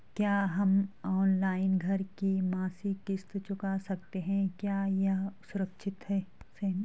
क्या हम ऑनलाइन घर की मासिक किश्त चुका सकते हैं क्या यह सुरक्षित है?